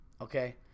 okay